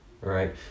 right